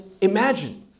imagine